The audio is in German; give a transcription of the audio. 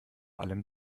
allem